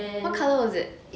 what colour was it